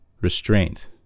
restraint